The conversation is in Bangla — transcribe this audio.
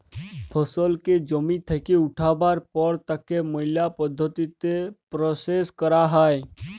ফসলকে জমি থেক্যে উঠাবার পর তাকে ম্যালা পদ্ধতিতে প্রসেস ক্যরা হ্যয়